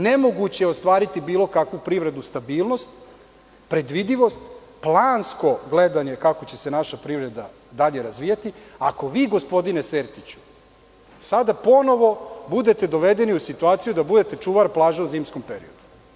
Nemoguće je ostvariti bilo kakvu privrednu stabilnost, predvidivost, plansko gledanje kako će se naša privreda dalje razvijati, ako vi gospodine Sertiću sada ponovo budete dovedeni u situaciju da budete čuvar plaže u zimskom periodu.